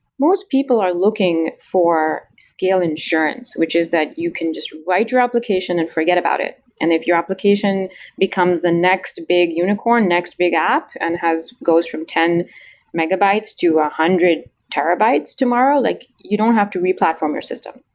most people are looking for scale insurance, which is that you can just write your application and forget about it. and if your application becomes the next big unicorn, next big app and goes from ten megabytes to one ah hundred terabytes tomorrow. like you don't have to re-platform your system.